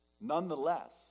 Nonetheless